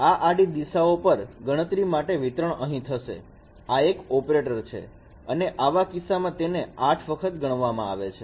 આ આડી દિશાઓ પર ગણતરી માટે વિતરણ અહીં થશે આ એક ઓપરેટર છે અને આવા કિસ્સામાં તેને 8 વખત ગણવામાં આવે છે